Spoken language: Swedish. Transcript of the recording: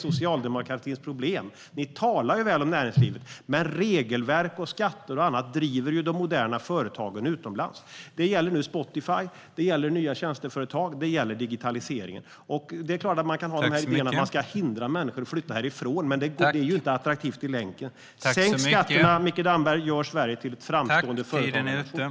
Socialdemokratins problem är att ni talar väl om näringslivet, men regelverk, skatter och annat driver de moderna företagen utomlands. Det gäller Spotify, nya tjänsteföretag och digitaliseringen. Visst kan man ha idén att hindra människor att flytta härifrån, men det gör inte Sverige attraktivt i längden. Sänk skatterna, Mikael Damberg, och gör Sverige till en framstående företagarnation!